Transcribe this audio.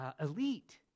elite